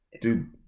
Dude